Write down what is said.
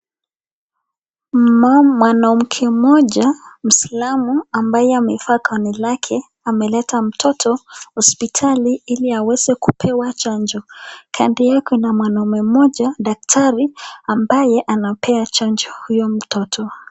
Mwanamke mmoja mwisilamu ambaye amevaa kanzu lake ameleta mtoto hospitali ili aweze kupewe chanjo. Kando yake kuna mwanaume mmoja daktari ambaye anapea chanjo huyo mtoto.